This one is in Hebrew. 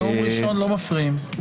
נאום ראשון לא מפריעים.